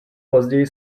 později